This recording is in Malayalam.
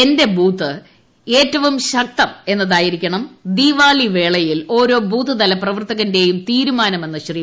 എന്റെ ബൂത്ത് ഏറ്റവും ശക്തം എന്നതായിരിക്കണം ദീവാലി വേളയിൽ ഓരോ ബൂത്തുതല പ്രവർത്തകന്റെയും തീരുമാനമെന്ന് ശ്രീ